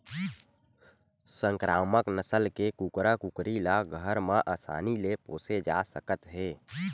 संकरामक नसल के कुकरा कुकरी ल घर म असानी ले पोसे जा सकत हे